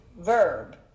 verb